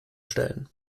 stellen